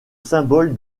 symbole